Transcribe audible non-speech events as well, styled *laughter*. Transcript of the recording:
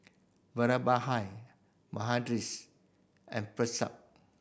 Vallabhbhai *unintelligible* and *unintelligible*